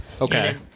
Okay